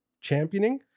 championing